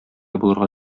булырга